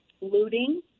looting